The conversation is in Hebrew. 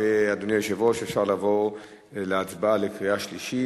אדוני, אפשר לעבור להצבעה לקריאה שלישית.